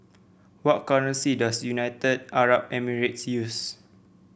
what currency does United Arab Emirates use